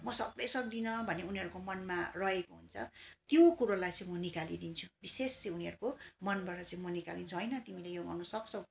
म सक्दै सक्दिन भन्ने उनीहरूको मनमा रहेको हुन्छ त्यो कुरोलाई चाहिँ म निकाली दिन्छु विशेष चाहिँ उनीहरूको मनबाट चाहिँ म निकाली दिन्छु होइन तिमीले यो गर्नुसक्छौँ